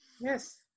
yes